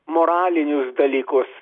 moralinius dalykus